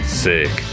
sick